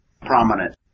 prominent